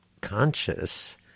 conscious